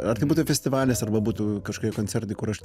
ar tai būtų festivalis arba būtų kažkokie koncertai kur aš